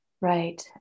Right